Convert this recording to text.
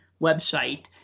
website